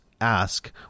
ask